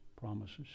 promises